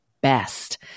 best